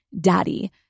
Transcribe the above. daddy